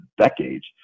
decades